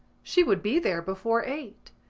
she would be there before eight.